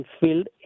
field